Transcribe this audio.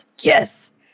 yes